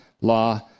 law